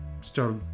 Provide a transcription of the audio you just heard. start